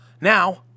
Now